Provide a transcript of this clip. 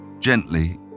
Gently